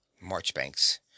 marchbanks